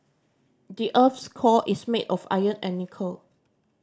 the earth's core is made of iron and nickel